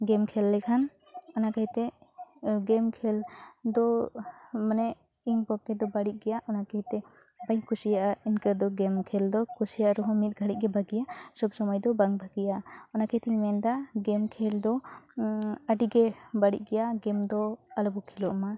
ᱜᱮᱢ ᱠᱷᱮᱞ ᱞᱮᱠᱷᱟᱱ ᱚᱱᱟ ᱠᱟᱹᱦᱤᱛᱮ ᱜᱮᱢ ᱠᱷᱮᱞ ᱫᱚ ᱢᱟᱱᱮ ᱤᱧ ᱯᱚᱠᱠᱷᱮᱫᱚ ᱵᱟᱹᱲᱤᱡ ᱜᱮᱭᱟ ᱚᱱᱟ ᱠᱟᱹᱦᱤᱛᱮ ᱵᱟᱹᱧ ᱠᱩᱥᱤᱭᱟᱜᱼᱟ ᱤᱱᱠᱟᱹᱫᱚ ᱜᱮᱢ ᱠᱷᱮᱞᱫᱚ ᱠᱩᱥᱤᱭᱟᱜ ᱨᱮᱦᱚᱸ ᱢᱤᱫ ᱜᱷᱟᱹᱲᱤᱜᱮ ᱵᱷᱟᱜᱮ ᱥᱚᱵᱽ ᱥᱚᱢᱚᱭ ᱫᱚ ᱵᱟᱝ ᱵᱷᱟᱜᱮᱭᱟ ᱚᱱᱟ ᱠᱟᱹᱦᱤᱛᱮᱧ ᱢᱮᱱ ᱮᱫᱟ ᱜᱮᱢ ᱠᱷᱮᱞ ᱫᱚ ᱟᱹᱰᱤᱜᱮ ᱵᱟᱹᱲᱤᱡ ᱜᱮᱭᱟ ᱜᱮᱢ ᱫᱚ ᱟᱞᱚᱵᱚ ᱠᱷᱮᱞᱚᱜ ᱢᱟ